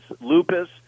Lupus